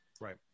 Right